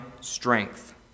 strength